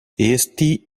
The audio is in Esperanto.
esti